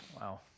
Wow